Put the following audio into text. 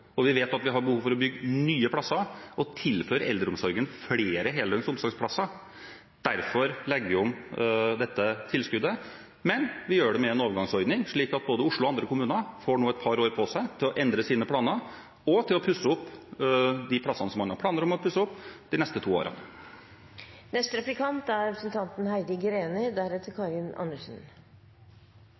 Vi vet at vi har behov for å bygge nye plasser og tilføre eldreomsorgen flere heldøgns omsorgsplasser. Derfor legger vi om dette tilskuddet, men vi gjør det med en overgangsordning, slik at både Oslo og andre kommuner får et par år på seg til å endre sine planer og til å pusse opp de plassene man har planer om å pusse opp de neste to årene. Begrepet «ufrivillig og frivillig små» er